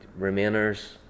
Remainers